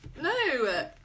No